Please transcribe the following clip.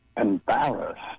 embarrassed